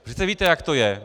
Přece víte, jak to je.